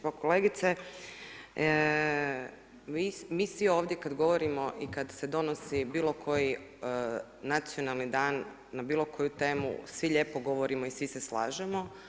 Pa kolegice mi svi ovdje kada govorimo i kada se donosi bilo koji nacionalni dan na bilo koju temu, svi lijepo govorimo i svi se slažemo.